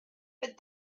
but